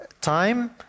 time